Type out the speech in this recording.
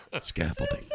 Scaffolding